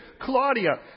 Claudia